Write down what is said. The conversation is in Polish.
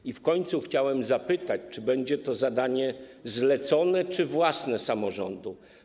I w końcu chciałem zapytać, czy będzie to zadanie zlecone, czy własne samorządu.